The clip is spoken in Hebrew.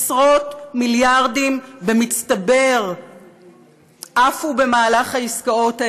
עשרות מיליארדים במצטבר עפו בעסקאות האלה,